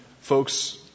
folks